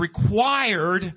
required